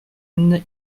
anne